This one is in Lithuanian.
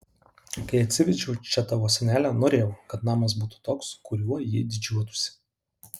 kai atsivežiau čia tavo senelę norėjau kad namas būtų toks kuriuo jį didžiuotųsi